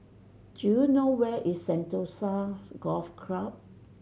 do you know where is Sentosa Golf Club